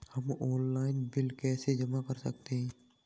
हम online bill कैसे जमा कर सकते हैं?